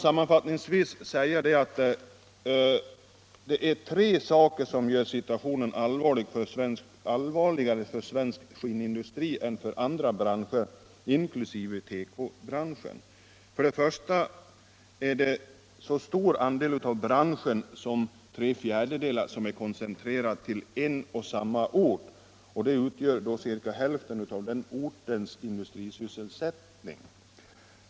Sammanfattningsvis: det är tre faktorer som gör situationen allvarligare för svensk skinnindustri än för andra branscher, inklusive tekobranschen. För det första är en så stor andel av branschföretagen som tre fjärdedelar koncentrerad till en och samma ort. De företagen svarar för ungefär hälften av den ortens industrisysselsättning.